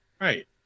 Right